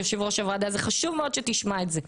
יושב-ראש הוועדה, חשוב מאוד שתשמע את זה.